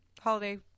holiday